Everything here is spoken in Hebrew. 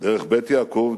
דרך בית יעקב,